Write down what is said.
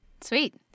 Sweet